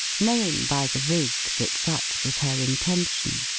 knowing by the rig that such was her intention.